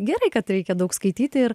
gerai kad reikia daug skaityti ir